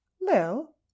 lil